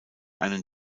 einen